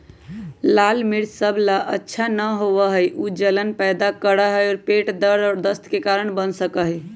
लाल मिर्च सब ला अच्छा न होबा हई ऊ जलन पैदा करा हई और पेट दर्द और दस्त के कारण बन सका हई